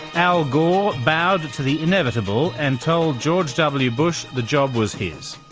al gore bowed to the inevitable and told george w. bush the job was his.